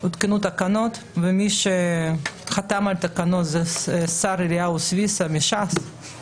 הותקנו התקנות בחתימת השר אליהו סוויסה מש"ס,